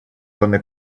and